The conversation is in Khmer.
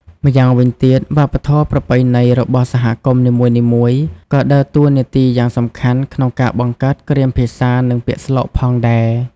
ម្យ៉ាងវិញទៀត វប្បធម៌ប្រពៃណីរបស់សហគមន៍នីមួយៗក៏ដើរតួនាទីយ៉ាងសំខាន់ក្នុងការបង្កើតគ្រាមភាសានិងពាក្យស្លោកផងដែរ។